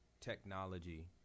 technology